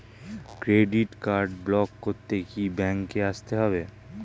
Credit card block করতে কি ব্যাংকে আসতে হবে?